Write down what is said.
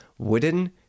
Wooden